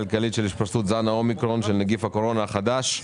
הכלכלית של התפשטות זן אומיקרון של נגיף הקורונה החדש.